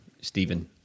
Stephen